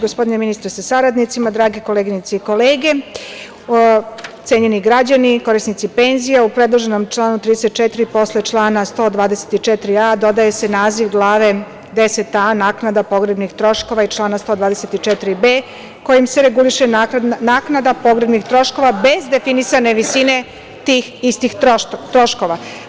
Gospodine ministre sa saradnicima, drage koleginice i kolege, cenjeni građani korisnici penzija, u predloženom članu 34. posle člana 124a dodaje se naziv Glave Xa - naknada pogrebnih troškova iz člana 124b kojim se reguliše naknada pogrebnih troškova, bez definisane visine tih istih troškova.